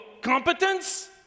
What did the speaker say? competence